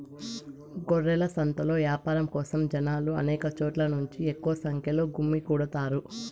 గొర్రెల సంతలో యాపారం కోసం జనాలు అనేక చోట్ల నుంచి ఎక్కువ సంఖ్యలో గుమ్మికూడతారు